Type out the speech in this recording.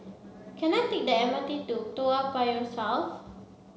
can I take the M R T to Toa Payoh South